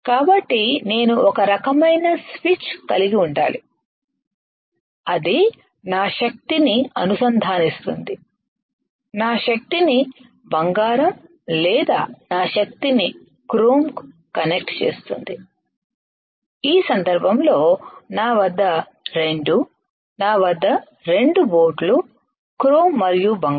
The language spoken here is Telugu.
కాబట్టి నేను ఒక రకమైన స్విచ్ కలిగి ఉండాలి అది నా శక్తిని అనుసంధానిస్తుంది నా శక్తిని బంగారం లేదా నా శక్తిని క్రోమ్కు కనెక్ట్ చేస్తుంది ఈ సందర్భంలో నా వద్ద రెండు నా వద్ద రెండు బోట్లు క్రోమ్ మరియు బంగారం